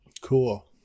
Cool